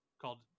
called